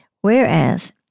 whereas